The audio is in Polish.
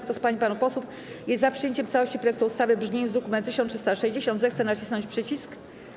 Kto z pań i panów posłów jest za przyjęciem w całości projektu ustawy w brzmieniu z druku nr 1360, zechce nacisnąć przycisk.